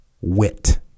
wit